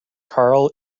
karl